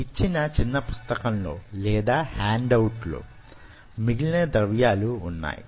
మీకిచ్చిన చిన్న పుస్తకంలో మిగిలిన ద్రవ్యాలు వున్నాయి